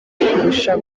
kurusha